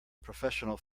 professional